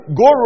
go